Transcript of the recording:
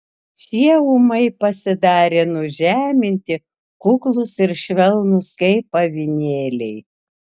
šie ūmai pasidarė nužeminti kuklūs ir švelnūs kaip avinėliai